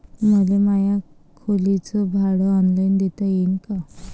मले माया खोलीच भाड ऑनलाईन देता येईन का?